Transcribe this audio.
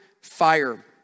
fire